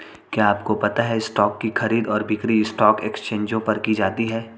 क्या आपको पता है स्टॉक की खरीद और बिक्री स्टॉक एक्सचेंजों पर की जाती है?